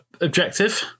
objective